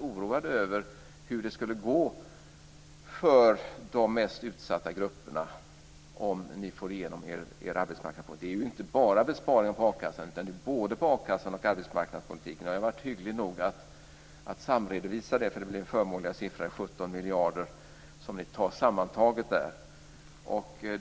oroad över hur det skulle gå för de mest utsatta grupperna om ni fick igenom er arbetsmarknadspolitik. Det är inte bara besparingar på a-kassan, det är besparingar på både a-kassan och arbetsmarknadspolitiken. Ni har varit hyggliga nog att samredovisa det, därför att det blev förmånliga siffror. Det är 17 miljarder som ni sammantaget tar där.